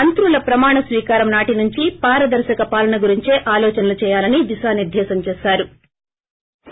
మంత్రుల ప్రమాణ స్వీకారం నాటి నుంచి పారదర్శక పాలన గురించే ఆలోచనలు చేయాలని దిశానిర్దేశం చేశారు